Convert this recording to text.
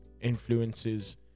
influences